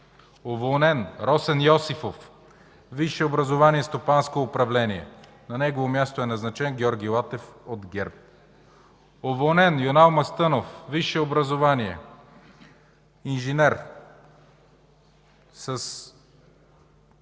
Уволнен: Росен Йосифов. Висше образование стопанско управление. На негово място е назначен Георги Латев от ГЕРБ. Уволнен: Юнал Мастънов. Висше образование инженер, с